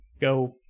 go